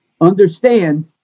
understand